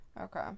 okay